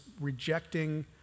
rejecting